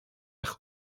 eich